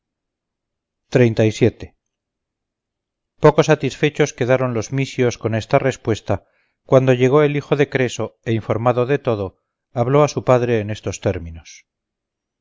el formidable jabalí poco satisfechos quedaran los mysios con esta respuesta cuándo llegó el hijo de creso e informado de todo habló a su padre en estos términos